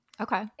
Okay